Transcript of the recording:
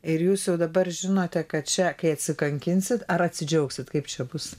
ir jūs jau dabar žinote kad čia kai atsikankinsit ar atsidžiaugsit kaip čia bus